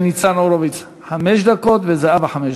ניצן הורוביץ חמש דקות וזהבה חמש דקות.